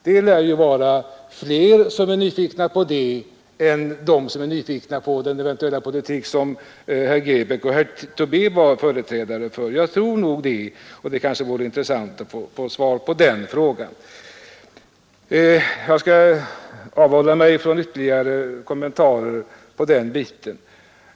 Det lär vara fler som är nyfikna på den saken än de som är nyfikna på den politik som herrar Grebäck och Tobé är företrädare för. Jag skall avhålla mig från ytterligare kommentarer i det avseendet.